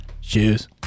Shoes